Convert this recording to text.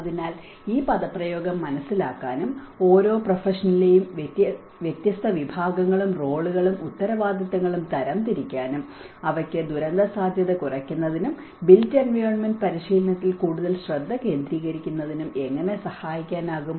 അതിനാൽ ഈ പദപ്രയോഗം മനസിലാക്കാനും ഓരോ പ്രൊഫഷനിലെയും വിവിധ വിഭാഗങ്ങളും റോളുകളും ഉത്തരവാദിത്തങ്ങളും തരംതിരിക്കാനും അവയ്ക്ക് ദുരന്തസാധ്യത കുറയ്ക്കുന്നതിനും ബിൽറ്റ് എൻവയോണ്മെന്റ് പരിശീലനത്തിൽ കൂടുതൽ ശ്രദ്ധ കേന്ദ്രീകരിക്കുന്നതിനും എങ്ങനെ സഹായിക്കാനാകും